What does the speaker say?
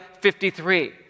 53